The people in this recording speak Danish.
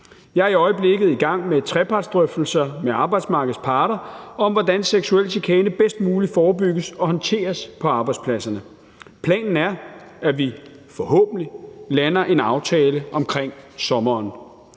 Jeg er i øjeblikket i gang med trepartsdrøftelser med arbejdsmarkedets parter om, hvordan seksuel chikane bedst muligt forebygges og håndteres på arbejdspladserne. Planen er, at vi forhåbentlig lander en aftale omkring sommeren.